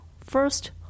First